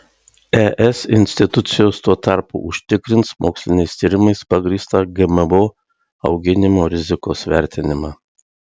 es institucijos tuo tarpu užtikrins moksliniais tyrimais pagrįstą gmo auginimo rizikos vertinimą